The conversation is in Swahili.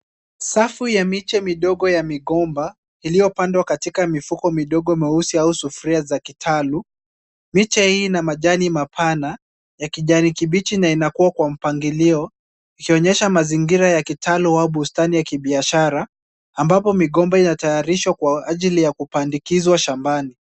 Safu ya miche midogo ya migomba iliyopandwa katika mifuko midogo mieusi au sufuria za kitalu. Miche hii ina majani mapana ya kijani kibichi na inakuwa kwa mpangilio ikionyesha mazingira ya kitaluum au bustani ya kibiashara, ambapo migomba inatayarishwa kwa ajili ya kupandikizwa shambani.